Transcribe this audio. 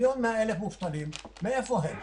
1.1 מיליון מובטלים, מאיפה הם?